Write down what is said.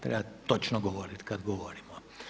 Treba točno govoriti kada govorimo.